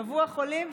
שבוע חולים,